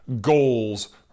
goals